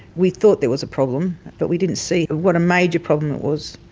we thought there was a problem but we didn't see what a major problem it was.